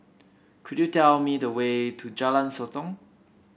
could you tell me the way to Jalan Sotong